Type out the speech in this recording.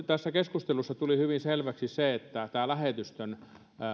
tässä keskustelussa tuli hyvin selväksi se että tämä lähetystön